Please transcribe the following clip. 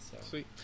Sweet